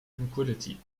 tranquillity